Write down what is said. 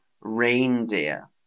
reindeer